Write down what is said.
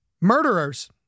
murderers